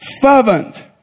fervent